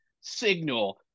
signal